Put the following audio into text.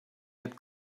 had